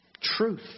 truth